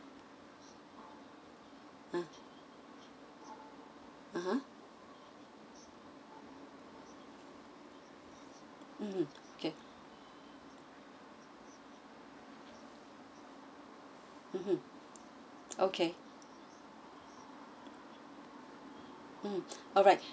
ah a'ah mm okay mmhmm okay mm alright